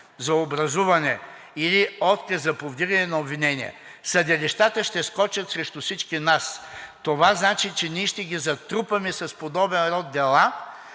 за образуване или отказ за повдигане на обвинение, съдилищата ще скочат срещу всички нас. Това значи, че ние ще ги затрупаме с подобен род дела,